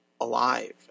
alive